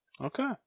Okay